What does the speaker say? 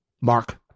Mark